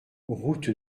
route